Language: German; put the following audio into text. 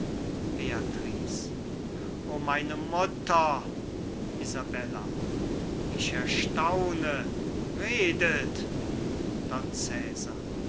o meine mutter isabella ich erstaune redet